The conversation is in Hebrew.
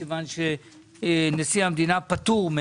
מכיוון שנשיא המדינה פטור,